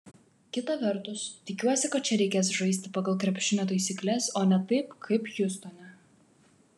kita vertus tikiuosi kad čia reikės žaisti pagal krepšinio taisykles o ne taip kaip hjustone